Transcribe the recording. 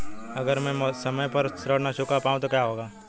अगर म ैं समय पर ऋण न चुका पाउँ तो क्या होगा?